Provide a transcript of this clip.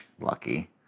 lucky